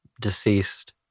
deceased